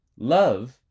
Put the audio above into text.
Love